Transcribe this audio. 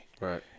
right